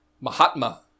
mahatma